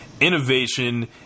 innovation